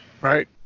Right